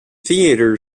theatre